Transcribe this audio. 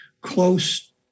close